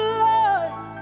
life